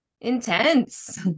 intense